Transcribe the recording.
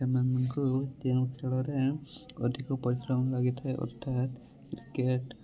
ସେମାନଙ୍କୁ କେଉଁ ଖେଳରେ ଅଧିକ ପରିଶ୍ରମ ଲାଗିଥାଏ ଅର୍ଥାତ କ୍ରିକେଟ୍